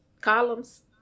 Columns